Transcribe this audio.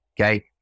Okay